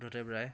Buddhadev Roy